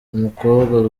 umukobwa